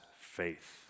faith